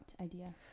idea